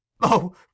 Oh